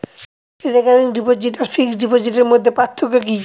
Recurring deposit আর fixed ডিপোজিটের মধ্যে পার্থক্য কি?